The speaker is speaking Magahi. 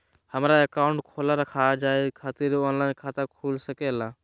हमारा अकाउंट खोला रखा जाए खातिर ऑनलाइन खाता खुल सके ला?